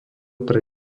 pre